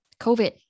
COVID